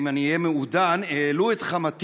אם אני אהיה מעודן, העלו את חמתי,